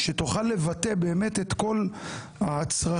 שתוכל לבטא את כל הצרכים,